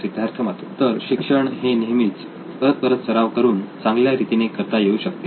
सिद्धार्थ मातुरी तर शिक्षण हे नेहमीच परत परत सराव करून चांगल्या रीतीने करता येऊ शकते